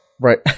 Right